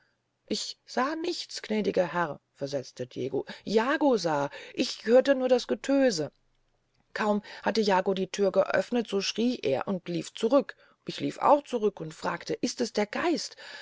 ich sah nichts gnädiger herr versetzte diego jago sah ich hörte nur das getöse kaum hatte jago die thür eröfnet so schrie er und lief zurück ich lief auch zurück und fragte ist es der geist